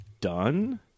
done